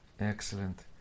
Excellent